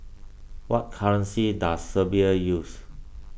what currency does Serbia use